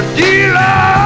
dealer